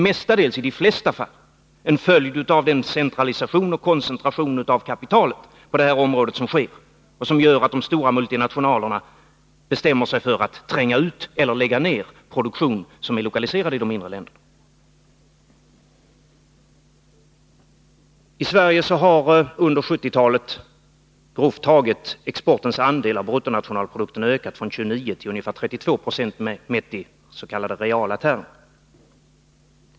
Det är i de flesta fall en följd av den centralisering och koncentration av kapitalet på det här området som sker och som gör att de stora multinationella företagen bestämmer sig för att tränga ut eller lägga ner produktion som är lokaliserad till mindre länder. I Sverige har under 1970-talet grovt taget exportens andel av bruttonationalprodukten ökat från 29 till ungefär 32 90, mätt i s.k. reala termer.